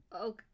Okay